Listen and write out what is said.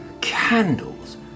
Candles